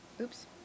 oops